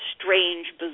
strange